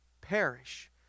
perish